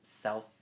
self